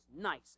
nice